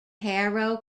harrow